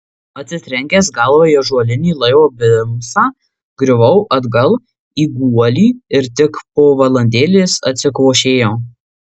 atsitrenkęs galva į ąžuolinį laivo bimsą griuvau atgal į guolį ir tik po valandėlės atsikvošėjau